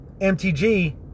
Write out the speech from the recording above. MTG